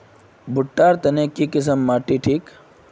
भुट्टा र तने की किसम माटी बासी ठिक?